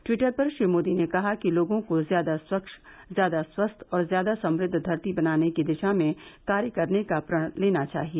Twitter पर श्री मोदी ने कहा कि लोगों को ज्यादा स्वच्छ ज्यादा स्वस्थ और ज्यादा समृद्ध धरती बनाने की दिशा में कार्य करने का प्रण लेना चाहिए